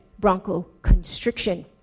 bronchoconstriction